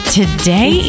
today